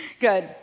Good